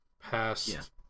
past